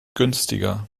günstiger